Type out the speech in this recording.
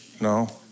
No